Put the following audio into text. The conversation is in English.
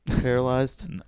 paralyzed